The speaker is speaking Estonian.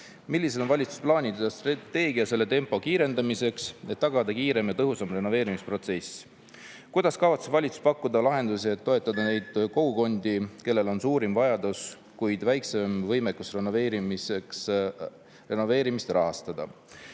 Millised on valitsuse plaanid ja strateegia selle tempo kiirendamiseks, et tagada kiirem ja tõhusam renoveerimisprotsess? Kuidas kavatseb valitsus pakkuda lahendusi, et toetada neid kogukondi, kellel on suurim vajadus, kuid väiksem võimekus renoveerimist rahastada?